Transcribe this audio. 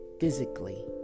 physically